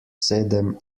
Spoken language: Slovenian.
sedem